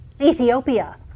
Ethiopia